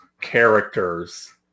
characters